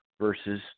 versus